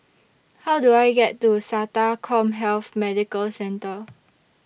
How Do I get to Sata Commhealth Medical Centre